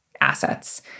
assets